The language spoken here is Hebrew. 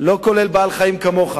לא כולל בעל-חיים כמוך.